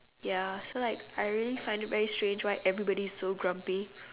ya so like I really find it very strange why everybody is so grumpy